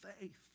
faith